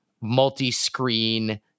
multi-screen